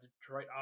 Detroit